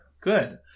Good